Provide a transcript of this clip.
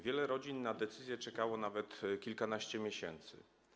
Wiele rodzin na decyzję czekało nawet kilkanaście miesięcy.